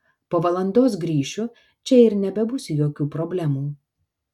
po valandos grįšiu čia ir nebebus jokių problemų